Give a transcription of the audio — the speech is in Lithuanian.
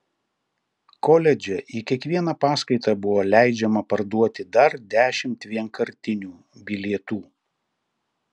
koledže į kiekvieną paskaitą buvo leidžiama parduoti dar dešimt vienkartinių bilietų